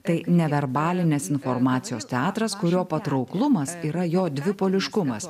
tai neverbalinės informacijos teatras kurio patrauklumas yra jo dvipoliškumas